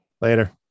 Later